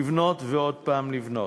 לבנות ועד פעם לבנות.